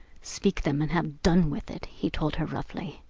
speak them and have done with it, he told her roughly.